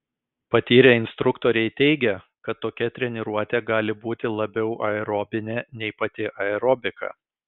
patyrę instruktoriai teigia kad tokia treniruotė gali būti labiau aerobinė nei pati aerobika